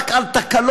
רק על תקלות,